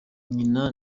nyina